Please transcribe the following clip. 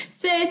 sis